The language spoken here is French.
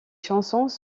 chansons